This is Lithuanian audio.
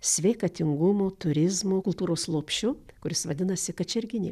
sveikatingumo turizmo kultūros lopšiu kuris vadinasi kačerginė